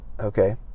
Okay